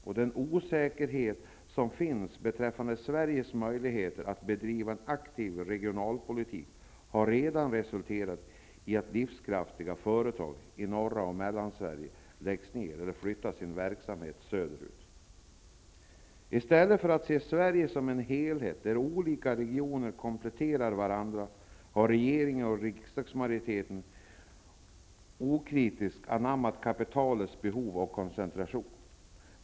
Och den osäkerhet som finns beträffande Sveriges möjligheter att bedriva en aktiv regionalpolitik har redan resulterat i att livskraftiga företag i norra Sverige och i Mellansverige läggs ner eller flyttar sin verksamhet söderut. I stället för att se Sverige som en helhet med olika regioner som kompletterar varandra har regering och en riksdagsmajoritet okritiskt anammat kapitalets behov av koncentration.